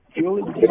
Julie